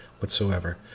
whatsoever